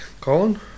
Colin